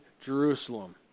Jerusalem